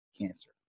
cancer